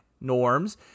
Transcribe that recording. norms